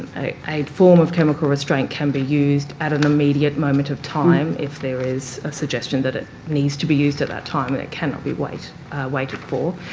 a form of chemical restraint can be used at an immediate moment of time if there is a suggestion that it needs to be used at that time and it cannot be waited for.